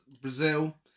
Brazil